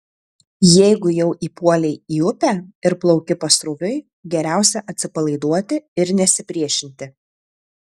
jeigu jau įpuolei į upę ir plauki pasroviui geriausia atsipalaiduoti ir nesipriešinti